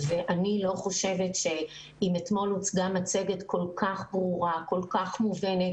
אני לא חושבת שאם אתמול הוצגה מצגת כל כך ברורה וכל כך מובנת